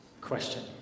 question